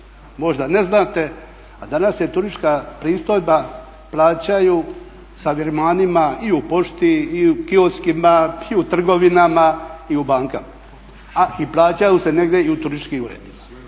Možda ne znate a danas je turistička pristojba, plaćaju sa virmanima i u pošti i u kioscima i u trgovinama i u bankama a i plaćaju se negdje i u turističkim uredima.